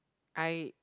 I